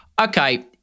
okay